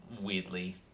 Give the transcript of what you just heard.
weirdly